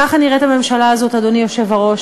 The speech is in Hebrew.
ככה נראית הממשלה הזאת, אדוני היושב-ראש.